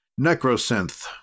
Necrosynth